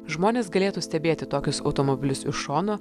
žmonės galėtų stebėti tokius automobilius iš šono